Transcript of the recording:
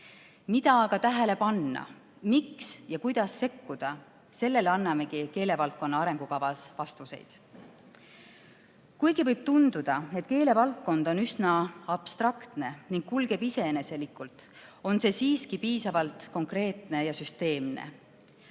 Mida aga tähele panna, miks ja kuidas sekkuda, sellele annamegi keelevaldkonna arengukavas vastuseid. Kuigi võib tunduda, et keelevaldkond on üsna abstraktne ning kulgeb iseeneslikult, on see siiski piisavalt konkreetne ja süsteemne.